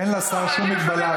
אין לשר שום מגבלה.